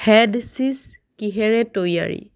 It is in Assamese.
হেড চিজ কিহেৰে তৈয়াৰী